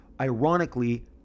Ironically